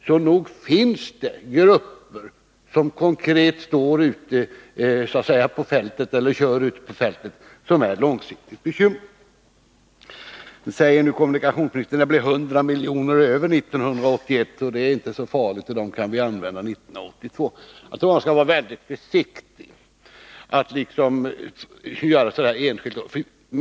Så nog finns det grupper som så att säga konkret kör ute på fältet och som är bekymrade för utvecklingen på lång sikt. Kommunikationsministern säger nu att det blev 100 miljoner över 1981 och att det inte är så farligt, för dem kan vi använda 1982. Jag tror att han skall vara mycket försiktig här.